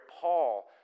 Paul